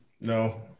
no